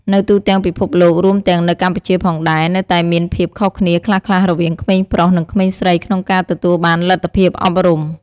នៅទូទាំងពិភពលោក រួមទាំងនៅកម្ពុជាផងដែរ នៅតែមានភាពខុសគ្នាខ្លះៗរវាងក្មេងប្រុស និងក្មេងស្រីក្នុងការទទួលបានលទ្ធភាពអប់រំ។